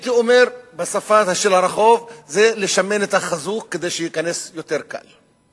הייתי אומר בשפה של הרחוב: זה לשמן את ה"חַזוּק" כדי שייכנס יותר קל.